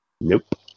Nope